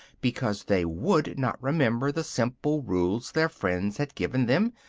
because they would not remember the simple rules their friends had given them,